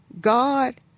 God